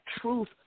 truth